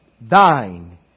thine